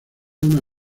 una